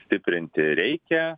stiprinti reikia